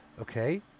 Okay